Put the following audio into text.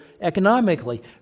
economically